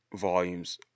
volumes